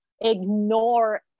ignore